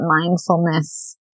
mindfulness